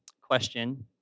question